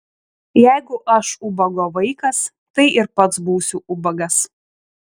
jeigu aš ubago vaikas tai ir pats būsiu ubagas